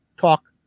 talk